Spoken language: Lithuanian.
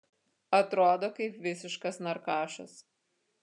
atrodo kaip visiškas narkašas